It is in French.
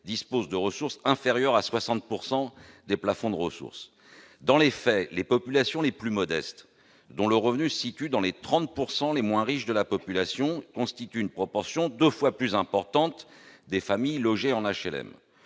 disposent de ressources inférieures à 60 % des plafonds de ressources. Dans les faits, les populations les plus modestes, que leur revenu situe dans les 30 % les moins riches de la population, constituent une proportion deux fois plus importante des familles logées en HLM.